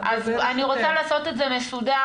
אז אני רוצה לעשות את זה מסודר,